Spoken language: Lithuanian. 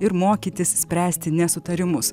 ir mokytis spręsti nesutarimus